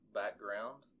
background